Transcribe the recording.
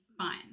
fun